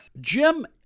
Jim